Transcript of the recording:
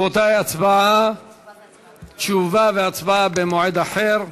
רבותי, תשובה והצבעה במועד אחר.